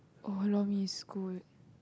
oh lor-mee is good